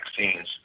vaccines